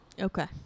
Okay